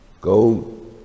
Go